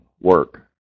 work